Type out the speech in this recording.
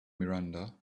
miranda